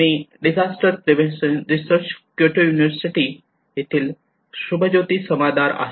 मी disaster prevention research Kyoto university Disaster Prevention Research Institute Kyoto University येथील शुभज्योती समादार आहे